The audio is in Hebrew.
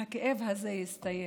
שהכאב הזה יסתיים.